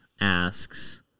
asks